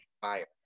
fire